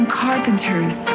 carpenters